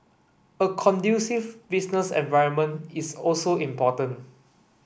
a conducive business environment is also important